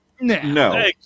No